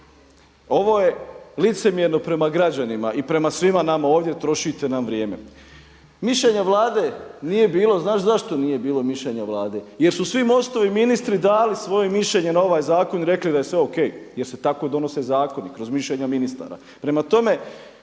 Ovo je licemjerno prema građanima i prema svima nama ovdje, trošite nam vrijeme. Mišljenja Vlada nije bilo, znaš zašto nije bilo mišljenje Vlade jer su svi MOST-ovi ministri dali svoje mišljenje na ovaj zakon i rekli da je sve o.k. jer se tako donose zakoni kroz mišljenja ministara.